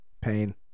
Pain